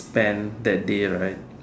spend that day right